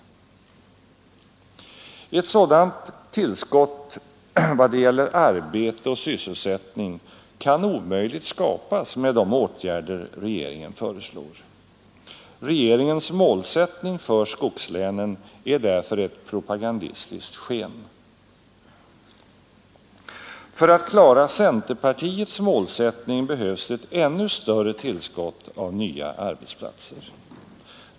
Ett sådant tillskott vad beträffar arbete och sysselsättning kan omöjligt skapas med de åtgärder regeringen föreslår. Regeringens målsättning för skogslänen är därför ett propagandistiskt sken. För att klara centerpartiets målsättning behövs det ett ännu större tillskott av nya arbetsplatser.